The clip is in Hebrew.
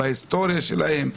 בהיסטוריה שלהם,